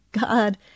God